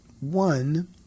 One